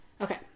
Okay